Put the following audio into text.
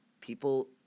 people